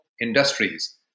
industries